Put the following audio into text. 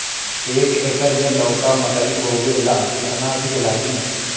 एक एकर मे लौका मकई बोवे ला कितना बिज लागी?